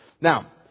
Now